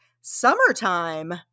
Summertime